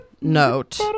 note